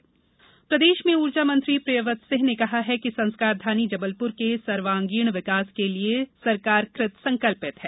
career मेला प्रदेश के ऊर्जा मंत्री प्रियव्रत सिंह ने कहा है कि संस्कारधानी जबलपुर के सर्वागीण विकास के लिये सरकार कृत संकल्पित है